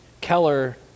Keller